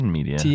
Media